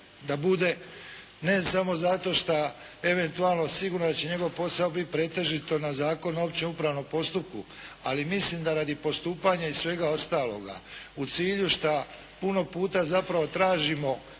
da bude ne samo zato šta eventualno sigurno da će njegov posao biti pretežito na Zakon o općem upravnom postupku, ali mislim da radi postupanja i svega ostaloga u cilju šta puno puta zapravo tražimo